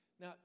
Now